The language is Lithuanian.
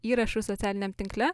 įrašų socialiniam tinkle